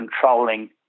controlling